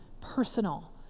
personal